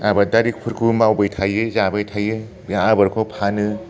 आबादारिफोरखौबो मावबाय थायो जाबाय थायो बे आबादखौ फानो